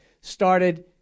started